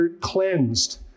cleansed